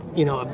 you know,